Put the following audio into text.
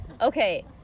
Okay